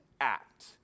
act